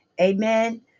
Amen